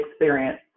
experience